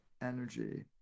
energy